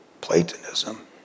Platonism